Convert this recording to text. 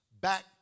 back